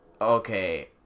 okay